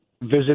Visit